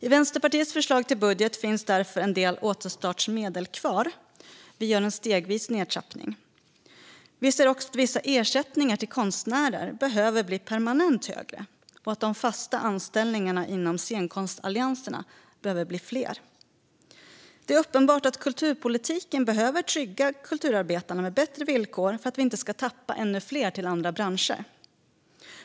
I Vänsterpartiets förslag till budget finns en del återstartsmedel kvar - vi gör en stegvis nedtrappning. Vi ser också att vissa ersättningar till konstnärer behöver bli permanent högre och att de fasta anställningarna inom scenkonstallianserna behöver bli fler. Det är uppenbart att kulturpolitiken behöver trygga kulturarbetarna med bättre villkor för att vi inte ska tappa ännu fler till andra branscher.